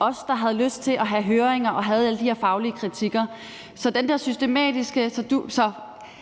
os, der havde lyst til at have høringer og havde alle de her faglige kritikker. Så ordføreren